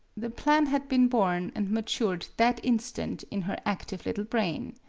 the plan had been born and ma tured that instant in her active little brain.